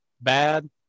bad